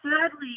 sadly